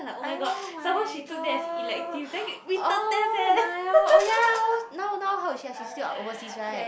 oh-my-god oh-my-god oh yea now now how is she uh she is still overseas right